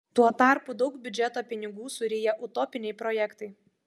tuo tarpu daug biudžeto pinigų suryja utopiniai projektai